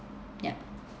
yup